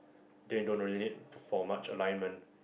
then don't really need for much alignment